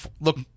look